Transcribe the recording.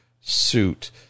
suit